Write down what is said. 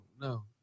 no